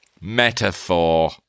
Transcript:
Metaphor